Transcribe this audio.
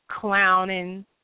clowning